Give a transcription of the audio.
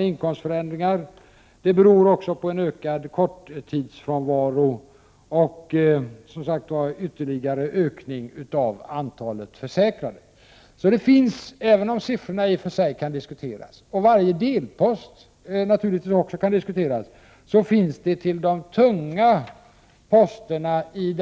Den siffran hänger även samman med en ökad korttidsfrånvaro och, som sagt, en ytterligare ökning av antalet försäkrade. Även om siffrorna, och varje delpost, kan diskuteras, så finns det ganska rimliga förklaringar till de tunga posterna i